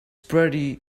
pretty